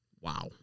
Wow